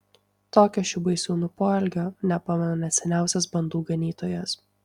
tokio šių baisūnų poelgio nepamena net seniausias bandų ganytojas